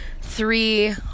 three